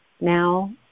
now